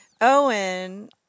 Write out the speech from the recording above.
Owen